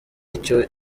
icyo